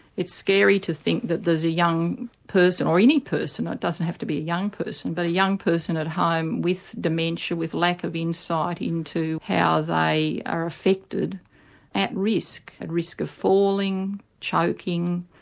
it's scary to think that there's a young person, or any person it doesn't have to be a young person, but a young person at home with dementia, with lack of insight into how they are affected at risk, at and risk of falling, choking,